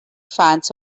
fans